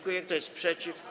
Kto jest przeciw?